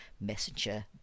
Messenger